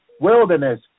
Wilderness